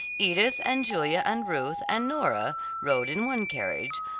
edith and julia and ruth and nora rode in one carriage,